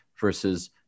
versus